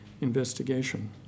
investigation